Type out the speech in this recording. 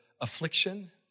affliction